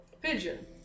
Pigeon